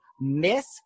Miss